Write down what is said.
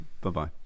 Bye-bye